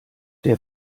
der